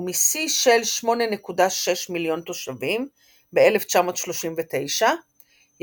ומשיא של 8.6 מיליון תושבים ב־1939 ירד